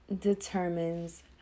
determines